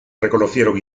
reconocieron